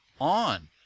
on